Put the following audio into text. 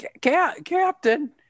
captain